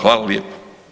Hvala lijepo.